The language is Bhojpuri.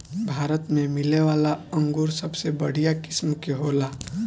भारत में मिलेवाला अंगूर सबसे बढ़िया किस्म के होला